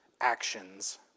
actions